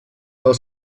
del